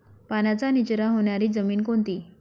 पाण्याचा निचरा होणारी जमीन कोणती?